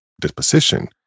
disposition